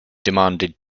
demanded